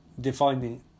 defining